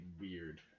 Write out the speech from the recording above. weird